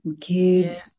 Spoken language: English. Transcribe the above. kids